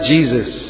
Jesus